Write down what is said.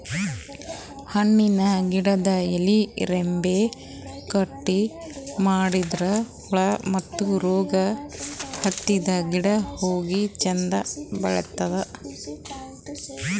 ಹಣ್ಣಿನ್ ಗಿಡದ್ ಎಲಿ ರೆಂಬೆ ಕಟ್ ಮಾಡದ್ರಿನ್ದ ಹುಳ ಮತ್ತ್ ರೋಗ್ ಹತ್ತಿದ್ ಗಿಡ ಹೋಗಿ ಚಂದ್ ಬೆಳಿಲಂತ್